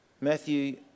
Matthew